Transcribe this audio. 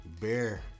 Bear